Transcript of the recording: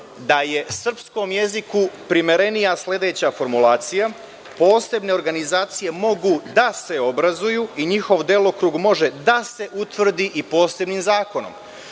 da je srpskom jeziku primerenija sledeća formulacija: posebne organizacije mogu da se obrazuju i njihov delokrug može da se utvrdi posebnim zakonom. Da